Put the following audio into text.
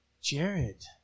jared